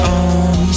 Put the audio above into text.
on